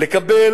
לקבל